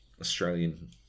Australian